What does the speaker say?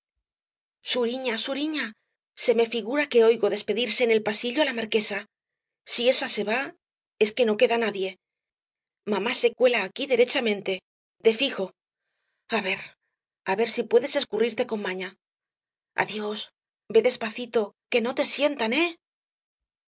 tono suplicante suriña suriña se me figura que oigo despedirse en el pasillo á la marquesa si esa se va es que no queda nadie mamá se cuela aquí derechamente de fijo a ver á ver si puedes escurrirte con maña adiós vé despacito que no te sientan eh